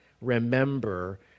remember